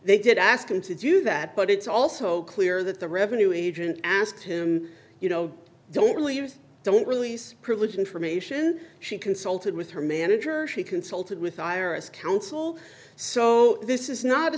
they did ask him to do that but it's also clear that the revenue agent asked him you know don't believe don't release privileged information she consulted with her manager she consulted with iris counsel so this is not a